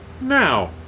now